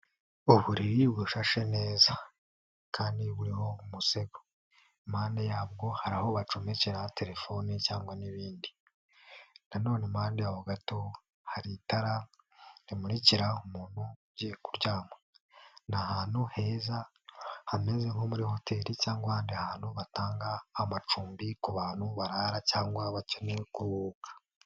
Uburiri bufashe neza kandi buriho umusego, impande yabwo hari aho bacometse na telefone cyangwa n'ibindi, nanone imbere y'aho gato hari itara rimurikira umuntu ugiye kuryama, ni ahantu heza hameze nko muri hoteli cyangwa ahandi ahantu batanga amacumbi ku bantu barara cyangwa bakeneye kuruhuka.